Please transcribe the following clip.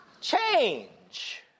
change